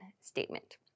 statement